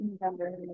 November